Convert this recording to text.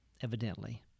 evidently